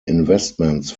investments